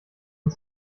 und